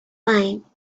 wine